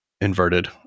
inverted